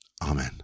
Amen